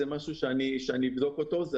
זה משהו שאני אבדוק את זה.